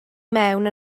mewn